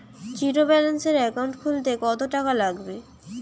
জিরোব্যেলেন্সের একাউন্ট খুলতে কত টাকা লাগবে?